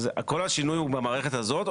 אני רוצה להבין אם כל השינוי הוא רק במערכת הזאת,